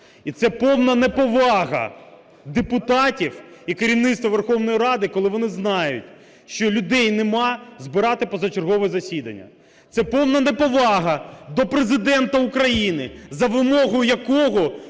І це повна неповага депутатів і керівництва Верховної Ради, коли вони знають, що людей нема, збирати позачергове засідання. Це повна неповага до Президента України, за вимогою якого